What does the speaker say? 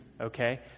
okay